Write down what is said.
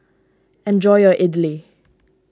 enjoy your Idili